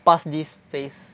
pass this phase